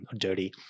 dirty